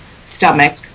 stomach